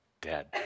dead